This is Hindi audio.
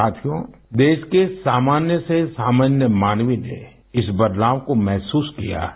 साथियो देश के सामान्य से सामान्य मानव ने इस बदलाव को महसूस किया है